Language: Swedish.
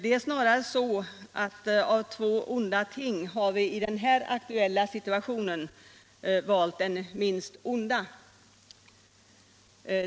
Det är snarare så att av två onda ting har vi i den aktuella situationen valt det minst onda.